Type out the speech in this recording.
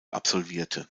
absolvierte